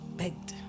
begged